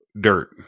dirt